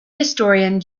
historian